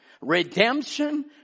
Redemption